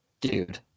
dude